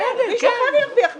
מישהו אחר ירוויח מזה.